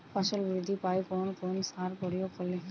ফসল বৃদ্ধি পায় কোন কোন সার প্রয়োগ করলে?